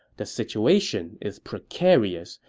the situation is precarious.